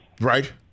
Right